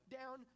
down